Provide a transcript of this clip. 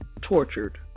tortured